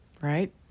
Right